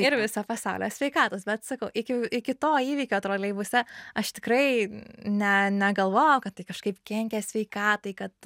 ir viso pasaulio sveikatos bet sakau iki iki to įvykio troleibuse aš tikrai ne negalvojau kad tai kažkaip kenkia sveikatai kad